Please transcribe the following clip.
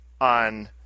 on